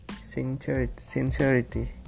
sincerity